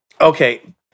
Okay